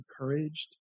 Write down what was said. encouraged